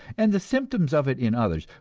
and the symptoms of it in others,